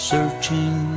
Searching